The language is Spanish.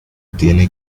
tiene